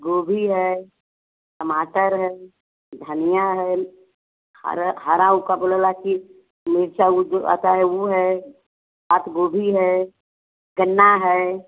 गोभी है टमाटर है धनिया है हरा हरा वह क्या बोलेला कि मिर्चा वह जो आता है वह है पात गोभी है गन्ना है